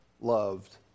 loved